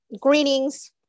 greetings